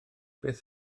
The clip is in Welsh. beth